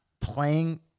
playing